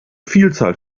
vielzahl